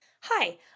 Hi